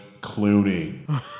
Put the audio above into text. Clooney